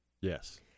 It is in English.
Yes